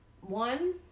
one